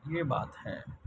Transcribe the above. یہ بات ہے